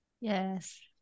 Yes